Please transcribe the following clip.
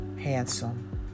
handsome